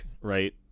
right